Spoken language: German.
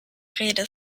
rede